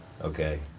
Okay